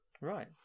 right